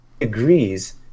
agrees